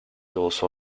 also